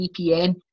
VPN